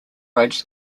roads